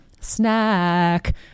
Snack